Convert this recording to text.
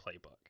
playbook